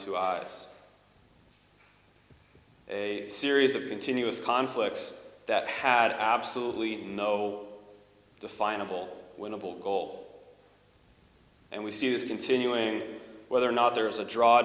two eyes a series of continuous conflicts that had absolutely no definable winnable goal and we see this continuing whether or not there is a